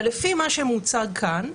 אבל לפי מה שמוצג כאן,